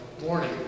morning